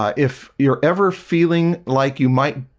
ah if you're ever feeling like you might